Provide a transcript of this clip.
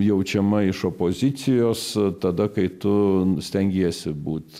jaučiama iš opozicijos tada kai tu stengiesi būt